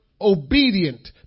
obedient